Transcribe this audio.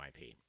IP